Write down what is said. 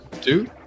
two